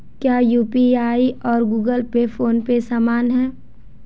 क्या यू.पी.आई और Google Pay PhonePe समान हैं?